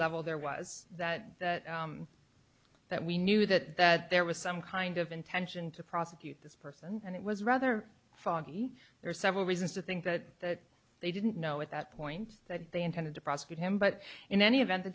level there was that that we knew that that there was some kind of intention to prosecute this person and it was rather foggy there are several reasons to think that they didn't know at that point that they intended to prosecute him but in any event the